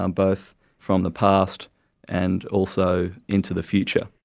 um both from the past and also into the future.